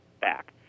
back